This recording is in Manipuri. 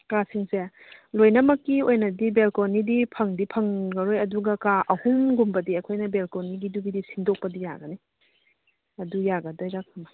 ꯀꯥꯁꯤꯡꯁꯦ ꯂꯣꯏꯅꯃꯛꯀꯤ ꯑꯣꯏꯅꯗꯤ ꯕꯦꯜꯀꯣꯅꯤꯗꯤ ꯐꯪꯗꯤ ꯐꯪꯉꯔꯣꯏ ꯑꯗꯨꯒ ꯀꯥ ꯑꯍꯨꯝꯒꯨꯝꯕꯗꯤ ꯑꯩꯈꯣꯏꯅ ꯕꯦꯜꯀꯣꯅꯤꯒꯤꯗꯨꯕꯨꯗꯤ ꯁꯤꯟꯗꯣꯛꯄꯗꯤ ꯌꯥꯒꯅꯤ ꯑꯗꯨ ꯌꯥꯒꯗꯣꯏꯔ ꯀꯃꯥꯏ